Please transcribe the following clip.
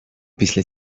після